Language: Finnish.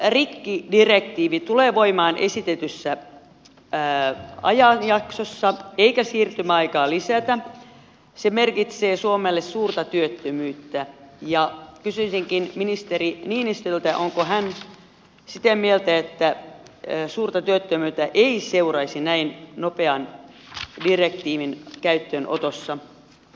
jos rikkidirektiivi tulee voimaan esitetyssä ajanjaksossa eikä siirtymäaikaa lisätä se merkitsee suomelle suurta työttömyyttä ja kysyisinkin ministeri niinistöltä onko hän sitä mieltä että suurta työttömyyttä ei seuraisi näin nopeassa direktiivin käyttöönotossa